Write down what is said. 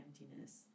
emptiness